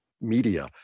media